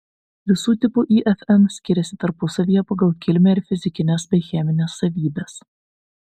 visų tipų ifn skiriasi tarpusavyje pagal kilmę ir fizikines bei chemines savybes